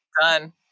Done